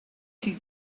could